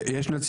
יש פה נציג